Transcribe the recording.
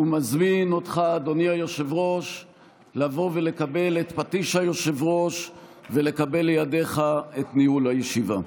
ומזמין אותך לבוא ולקבל את פטיש היושב-ראש ולקבל לידיך את ניהול הישיבה.